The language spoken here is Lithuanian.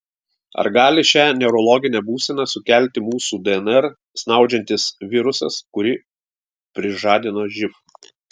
ar gali šią neurologinę būseną sukelti mūsų dnr snaudžiantis virusas kurį prižadino živ